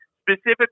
specifically